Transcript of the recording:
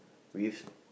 with